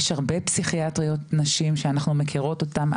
יש הרבה פסיכיאטריות נשים שאנחנו מכירות אותן,